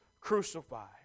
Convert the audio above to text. crucified